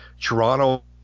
toronto